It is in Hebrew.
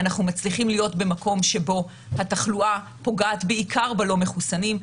אנחנו מצליחים להיות במקום שבו התחלואה פוגעת בעיקר בלא מחוסנים.